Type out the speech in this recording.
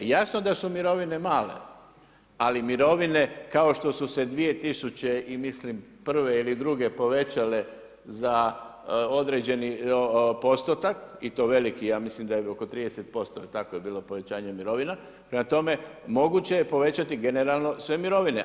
Jasno je da su mirovine male, ali mirovine kao što su se 2000. i mislim 1. ili 2. povećale za određeni postotak i to veliki, ja mislim da je oko 30% takvo je bilo povećanje mirovina, prema tome, moguće je povećati generalno sve mirovine.